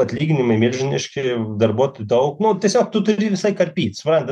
atlyginimai milžiniški darbuotojų daug nu tiesiog tu turi visai karpyt supranta